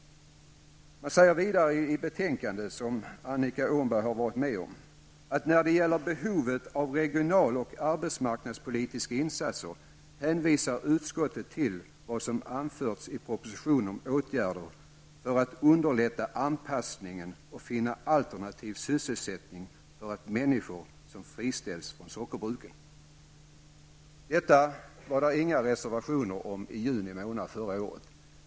Utskottet, och där har ju även Annika Åhnberg varit med, säger vidare i betänkandet: ''När det gäller behovet av regional och arbetsmarknadspolitiska insatser hänvisade utskottet i beslutet till vad som anfördes i propositionen om åtgärder för att underlätta anpassningen och finna alternativ sysselsättning för de människor som friställs från sockerbruken.'' Det fanns inga reservationer om detta i juni månad förra året.